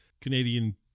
Canadian